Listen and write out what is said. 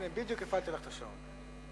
בדיוק הפעלתי לך את השעון.